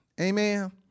Amen